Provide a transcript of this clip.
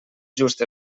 just